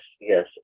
yes